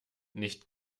nicht